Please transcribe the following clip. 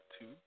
two